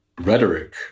rhetoric